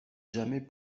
jamais